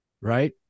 right